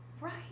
Right